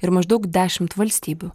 ir maždaug dešimt valstybių